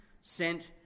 sent